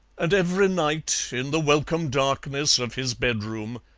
and every night, in the welcome darkness of his bedroom,